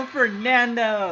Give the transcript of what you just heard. Fernando